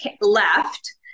left